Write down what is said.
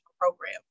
program